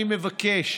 אני מבקש,